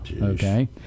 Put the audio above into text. okay